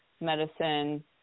medicine